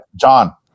John